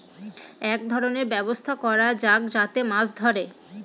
এক ধরনের ব্যবস্থা করা যাক যাতে মাছ ধরে